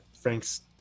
Frank's